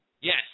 Yes